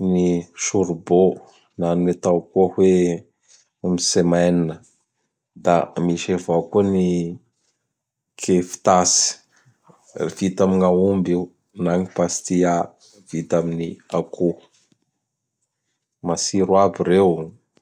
gny Sorbô na ny atao koa hoe Msemen, da misy avao koa ny Keftas vita am gn'aomby io na ny pastia vita amin'ny akoho. Matsiro aby reo.